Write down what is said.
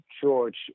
George